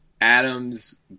Adams